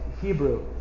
Hebrew